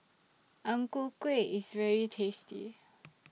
Ang Ku Kueh IS very tasty